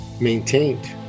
maintained